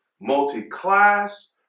multi-class